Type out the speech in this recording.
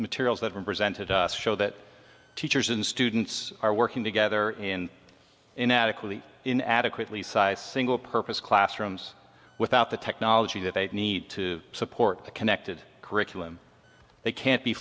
materials that are presented to us show that teachers and students are working together in inadequately in adequately sized single purpose classrooms without the technology that they need to support the connected curriculum they can't be